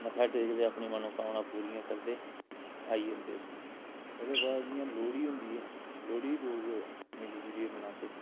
मत्था टेकदे अपनियां मनोकामनां पूरियां करदे आई जंदे उत्थूं ओह्दे बाद जि'यां लोह्ड़ी हुंदी ऐ लोह्ड़ी बी लोक मिली जुलियै मनांदे